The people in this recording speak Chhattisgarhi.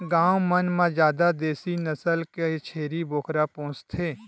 गाँव मन म जादा देसी नसल के छेरी बोकरा पोसथे